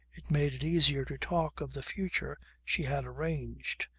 it made it easier to talk of the future she had arranged,